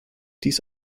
dies